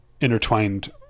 intertwined